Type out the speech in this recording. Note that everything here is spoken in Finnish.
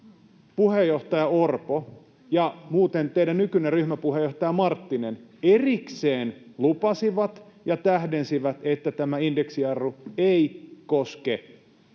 puheenjohtaja Orpo ja teidän nykyinen ryhmäpuheenjohtajanne Marttinen erikseen lupasivat ja tähdensivät, että tämä indeksijarru ei koske